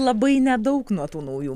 labai nedaug nuo tų naujų